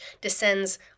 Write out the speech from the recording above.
descends